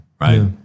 right